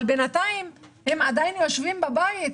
אבל בינתיים הצעירים יושבים בבית.